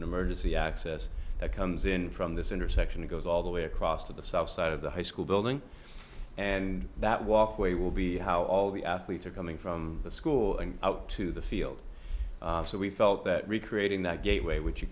an emergency access that comes in from this intersection it goes all the way across to the south side of the high school building and that walkway will be how all the athletes are coming from the school and out to the field so we felt that recreating that gateway which you